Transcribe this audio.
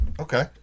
okay